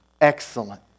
excellent